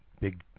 big